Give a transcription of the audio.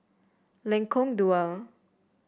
Lengkong Dua